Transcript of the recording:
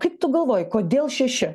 kaip tu galvoji kodėl šeši